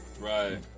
Right